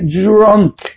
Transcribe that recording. drunk